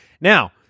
Now